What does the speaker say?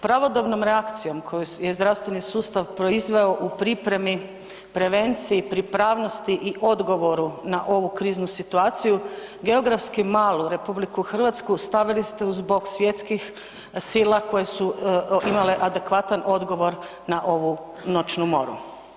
Pravodobnom reakcijom koju je zdravstveni sustav proizveo u pripremi, prevenciji, pripravnosti i odgovoru na ovu kriznu situaciju geografski malu RH stavili ste uz bok zbog svjetskih sila koje su imale adekvatan odgovor na ovu noćnu moru.